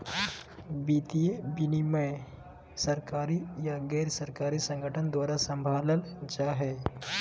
वित्तीय विनियमन सरकारी या गैर सरकारी संगठन द्वारा सम्भालल जा हय